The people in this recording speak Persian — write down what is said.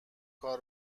کار